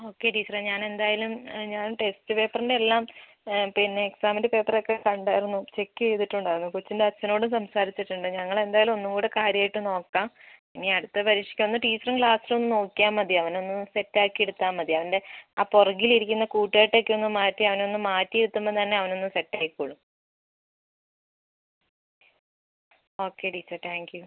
okay ടീച്ചറേ ഞാൻ എന്തായാലും ഞാൻ ടെക്സ്റ്റ് പേപ്പറിൻ്റെ എല്ലാം പിന്നെ എക്സാമിന്റെ പേപ്പർ ഒക്കെ കണ്ടായിരുന്നു ചെക്ക് ചെയ്തിട്ടുണ്ടായിരുന്നു കൊച്ചിൻ്റെ അച്ഛനോടും സംസാരിച്ചിട്ടുണ്ട് ഞങ്ങൾ എന്തായാലും ഒന്നും കൂടി കാര്യമായിട്ട് നോക്കാം ഇനി അടുത്ത പരീക്ഷയ്ക്ക് ഒന്ന് ടീച്ചറും ക്ലാസ്സിൽ ഒന്ന് നോക്കിയാൽ മതി അവനെ ഒന്ന് സെറ്റ് ആക്കി എടുത്താൽ മതി അവൻ്റെ ആ പുറകിലിരിക്കുന്ന കൂട്ടുകെട്ടൊക്കെ ഒന്ന് മാറ്റി അവനെ ഒന്ന് മാറ്റി ഇരുത്തുമ്പോൾ തന്നെ അവൻ ഒന്ന് സെറ്റ് ആയിക്കോളും ഓക്കെ ടീച്ചർ താങ്ക്യൂ